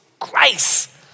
grace